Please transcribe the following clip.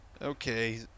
Okay